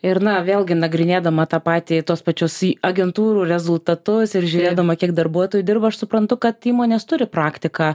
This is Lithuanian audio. ir na vėlgi nagrinėdama tą patį tuos pačius į agentūrų rezultatus ir žiūrėdama kiek darbuotojų dirba aš suprantu kad įmonės turi praktiką